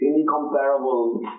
incomparable